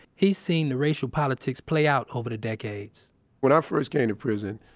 he's seen the racial politics play out over the decades when i first came to prison,